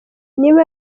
niba